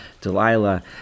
Delilah